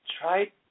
try